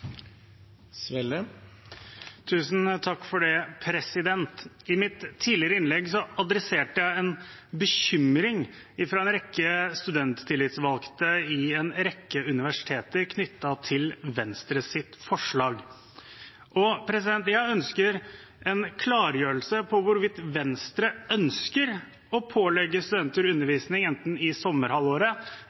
I mitt tidligere innlegg tok jeg opp en bekymring fra en rekke studenttillitsvalgte i en rekke universiteter, knyttet til Venstres forslag. Jeg ønsker en klargjøring av hvorvidt Venstre ønsker å pålegge studenter undervisning i sommerhalvåret,